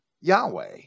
Yahweh